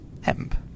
Hemp